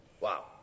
Wow